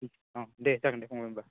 अ दे जागोन दे फंबाइ होनबा